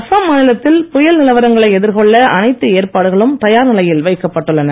அசாம் மாநிலத்தில் புயல் நிலவரங்களை எதிர்கொள்ள அனைத்து ஏற்பாடுகளும் தயார் நிலையில் வைக்கப்பட்டுள்ளன